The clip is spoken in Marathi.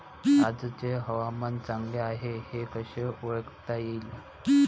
आजचे हवामान चांगले हाये हे कसे ओळखता येईन?